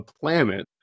planet